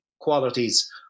qualities